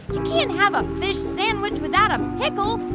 you can't have a fish sandwich without a pickle.